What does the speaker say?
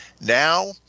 now